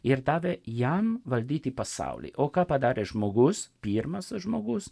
ir davė jam valdyti pasaulį o ką padarė žmogus pirmas žmogus